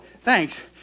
thanks